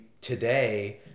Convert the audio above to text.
today